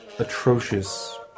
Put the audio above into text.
Atrocious